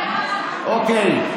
אוקיי.